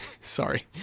Sorry